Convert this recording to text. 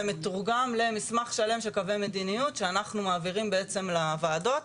זה מתורגם למסמך שלם של קווי מדיניות שאנחנו מעבירים בעצם לוועדות.